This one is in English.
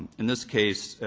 in this case,